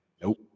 Nope